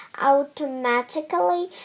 automatically